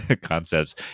concepts